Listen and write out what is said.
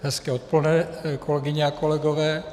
Hezké odpoledne, kolegyně a kolegové.